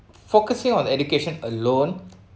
focusing on education alone